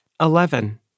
Eleven